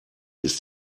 ist